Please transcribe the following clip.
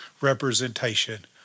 representation